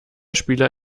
spieler